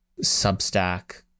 Substack